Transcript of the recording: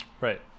Right